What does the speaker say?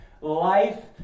life